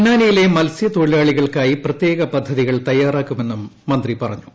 പൊന്നാനിയിലെ മത്സൃത്തൊഴിലാളികൾക്കായി പ്രത്യേക പദ്ധതികൾ തയ്യാറാക്കുമെന്നും മന്ത്രി പറഞ്ഞു